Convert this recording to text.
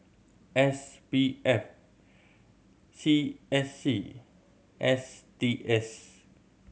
S P F C S C S T S